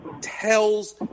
tells